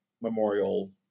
Memorial